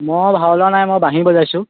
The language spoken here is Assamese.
মই ভাও লোৱা নাই মই বাঁহী বজাইছোঁ